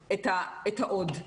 את זה רוחבית,